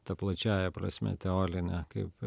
ta plačiąja prasme teoline kaip